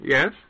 Yes